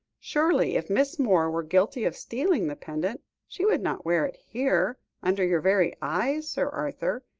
surely, if miss moore were guilty of stealing the pendant, she would not wear it here, under your very eyes, sir arthur.